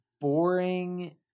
boring